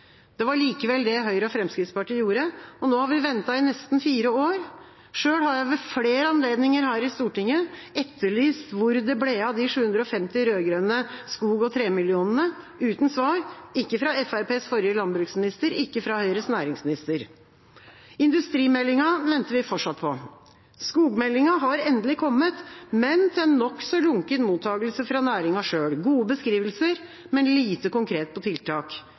Det var likevel det Høyre og Fremskrittspartiet gjorde. Nå har vi ventet i nesten fire år. Sjøl har jeg ved flere anledninger her i Stortinget etterlyst hvor det ble av de 750 rød-grønne skog- og tremillionene, uten svar – ikke fra Fremskrittspartiets forrige landbruksminister, ikke fra Høyres næringsminister. Industrimeldinga venter vi fortsatt på. Skogmeldinga har endelig kommet, men til en nokså lunken mottakelse fra næringa sjøl – gode beskrivelser, men lite konkret på tiltak.